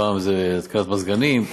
פעם זה התקנת מזגנים,